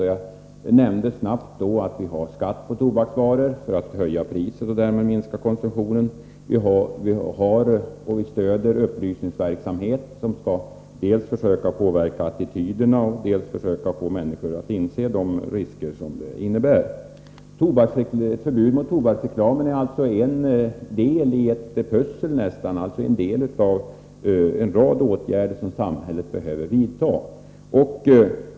Jag nämnde i korthet att vi har skatt på tobaksvaror för att höja priset och därmed minska konsumtionen och att samhället bedriver och stöder upplysningsverksamhet som skall försöka dels påverka attityderna, dels få människor att inse de risker som tobaksbruk innebär. Förbud mot tobaksre 113 klam är alltså en del i ett pussel, skulle man kunna säga. Det är en av en rad åtgärder som samhället behöver vidta.